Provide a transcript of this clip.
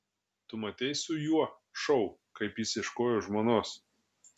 tu matei su juo šou kaip jis ieškojo žmonos